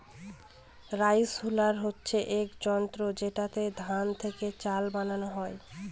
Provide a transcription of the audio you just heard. rice huller হচ্ছে এক যন্ত্র যেটাতে ধান থেকে চাল বানানো হয়